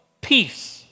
Peace